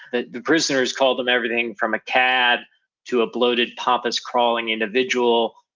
the the prisoners called him everything from a cad to a bloated pompous crawling individual,